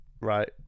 Right